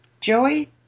Joey